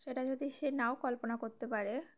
সেটা যদি সে নাও কল্পনা করতে পারে